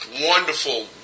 Wonderful